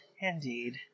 indeed